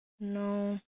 No